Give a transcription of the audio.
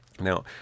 now